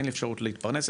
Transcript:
ואין לי אפשרות להתפרנס,